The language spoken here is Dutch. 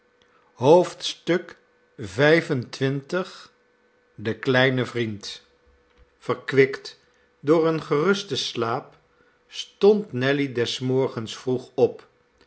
xxv de kleine vriend verkwikt door een gerusten slaap stond nelly des morgens vroeg op